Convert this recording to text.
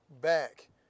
back